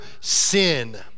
sin